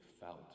felt